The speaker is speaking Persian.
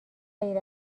غیر